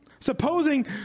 supposing